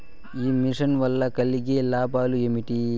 ఈ మిషన్ వల్ల కలిగే లాభాలు ఏమిటి?